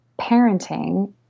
parenting